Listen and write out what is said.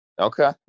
Okay